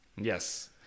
yes